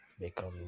become